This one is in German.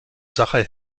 sache